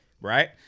right